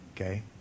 Okay